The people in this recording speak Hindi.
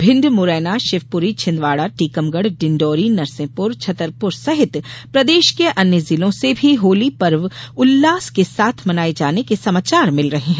भिण्ड मुरैना शिवपुरी छिंदवाड़ा टीकमगढ़ डिंडौरी नरसिंहपुर छतरपुर सहित प्रदेश के अन्य जिलों से भी होली पर्व उल्लास के साथ मनाये जाने के समाचार मिले रह हैं